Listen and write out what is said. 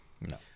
No